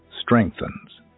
strengthens